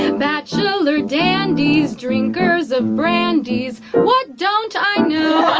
bachelor dandies, drinkers of brandies, what don't i know